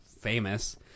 famous